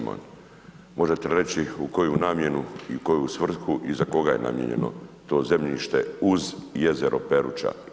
Možete li reći u koju namjenu i u koju svrhu i za koga je namijenjeno to zemljište uz jezero Peruća?